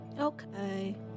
Okay